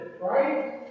right